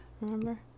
remember